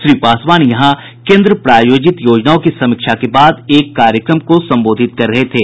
श्री पासवान यहां केन्द्र प्रायोजित योजनाओं की समीक्षा के बाद एक कार्यक्रम को संबोधित कर रहे थे